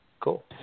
Cool